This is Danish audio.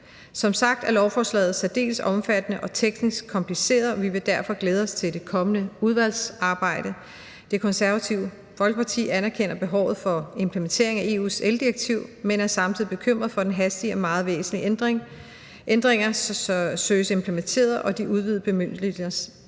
Som sagt er lovforslaget særdeles omfattende og teknisk kompliceret, og vi vil derfor glæde os til det kommende udvalgsarbejde. Det Konservative Folkeparti anerkender behovet for implementering af EU's eldirektiv, men er samtidig bekymret for de hastige og meget væsentlige ændringer, som søges implementeret, og de udvidede bemyndigelser,